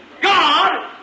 God